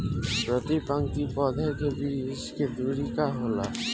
प्रति पंक्ति पौधे के बीच के दुरी का होला?